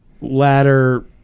ladder